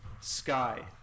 Sky